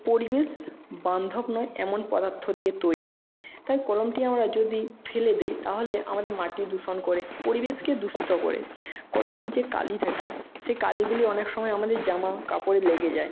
পরিবেশ বান্ধব নয় এমন পদার্থ দিয়ে তৈরি তাই কলমটি আমরা যদি ফেলে দেই তাহলে আমাদের মাটি দূষণ করে পরিবেশকে দূষিত করে কলমের যে কালি থাকে সেই কালিগুলি অনেক সময় আমাদের জামাকাপড়ে লেগে যায়